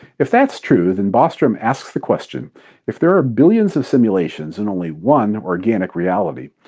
if that's true, then bostrom asks the question if there are billions of simulations, and only one organic reality,